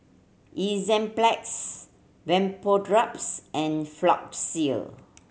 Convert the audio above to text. Enzyplex Vapodrops and